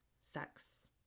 sex